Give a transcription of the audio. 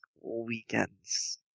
weekends